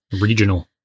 regional